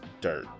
dirt